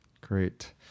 great